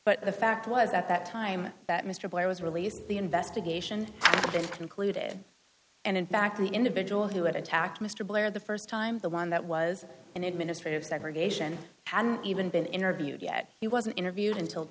but the fact was at that time that mr blair was released the investigation has been concluded and in fact the individual who had attacked mr blair the first time the one that was in administrative segregation hadn't even been interviewed yet he was interviewed until